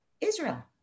Israel